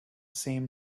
same